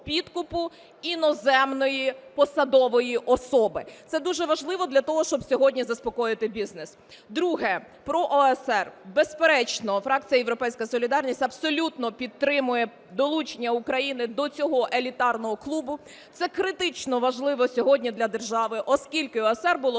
підкупу іноземної посадової особи. Це дуже важливо для того, щоб сьогодні заспокоїти бізнес. Друге. Про ОЕСР. Безперечно, фракція "Європейська солідарність" абсолютно підтримує долучення України до цього елітарного клубу. Це критично важливо сьогодні для держави, оскільки ОЕСР було